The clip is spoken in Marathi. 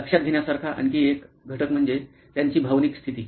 लक्षात घेण्यासारखा आणखी एक घटक म्हणजे त्यांची भावनिक स्थिती